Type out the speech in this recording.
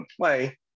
play